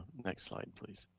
next slide, please.